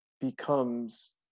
becomes